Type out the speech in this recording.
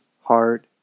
heart